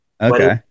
Okay